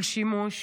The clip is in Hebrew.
של שימוש.